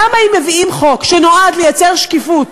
למה אם מביאים חוק שנועד לייצר שקיפות,